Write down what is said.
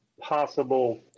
possible